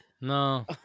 No